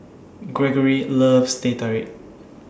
Greggory loves Teh Tarik